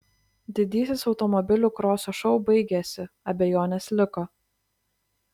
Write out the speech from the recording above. didysis automobilių kroso šou baigėsi abejonės liko